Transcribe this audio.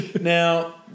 Now